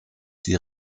die